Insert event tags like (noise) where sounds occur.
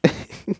(noise)